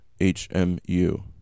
H-M-U